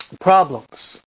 problems